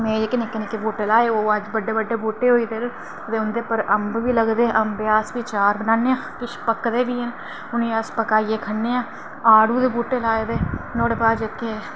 में जेह्के निक्के निक्के बूह्टे लाए ओह् अज्ज बड़े बड्डे बड्डे बूहटे होई गे ते उंदे पर अम्ब बी लगदे ते अम्बें दा अस अचार बी बनान्ने आं किश पकदे बी हैन उनेंगी अस पकाइयै खन्ने आं आड़ू दे बूह्टे लाए दे नुहाड़े बाद जेह्के